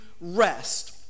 rest